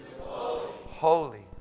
holy